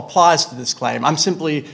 applies to this claim i'm simply